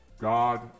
God